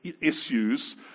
issues